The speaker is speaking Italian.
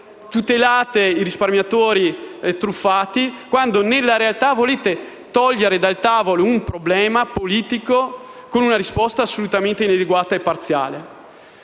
tutelate i risparmiatori truffati, quando nella realtà volete togliere dal tavolo un problema politico con una risposta assolutamente inadeguata e parziale.